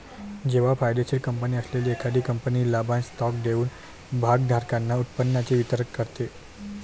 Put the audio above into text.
जेव्हा फायदेशीर कंपनी असलेली एखादी कंपनी लाभांश स्टॉक देऊन भागधारकांना उत्पन्नाचे वितरण करते